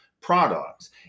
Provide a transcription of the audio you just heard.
products